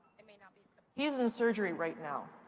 i mean ah but he's in surgery right now.